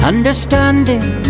Understanding